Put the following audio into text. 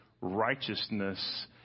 righteousness